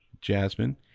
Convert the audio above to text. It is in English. Jasmine